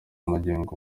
magingo